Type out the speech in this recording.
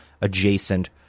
adjacent